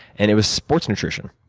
and it was sports nutrition.